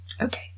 Okay